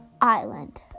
Island